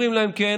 אומרים להם כן,